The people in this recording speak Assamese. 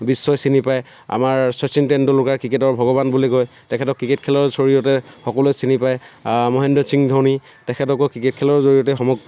বিশ্বই চিনি পায় আমাৰ শচীন তেণ্ডুলকাৰ ক্ৰিকেটৰ ভগৱান বুলি কয় তেখেতক ক্ৰিকেট খেলৰ জৰিয়তে সকলোৱে চিনি পায় মহেন্দ্ৰ সিং ধোনী তেখেতকো ক্ৰিকেট খেলৰ জৰিয়তে সমগ্ৰ